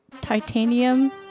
Titanium